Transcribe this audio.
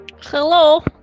Hello